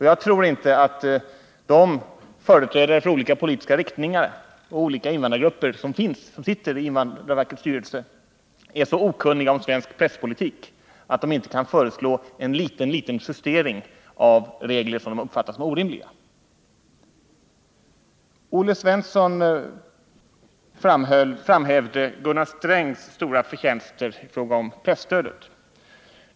Jag tror inte att de företrädare för olika politiska riktningar och olika invandrargrupper som sitter i invandrarverkets styrelse är så okunniga om svensk presspolitik att de inte kan föreslå en liten justering av regler som de uppfattar som orimliga. Olle Svensson framhävde Gunnar Strängs stora förtjänster i fråga om presstödet.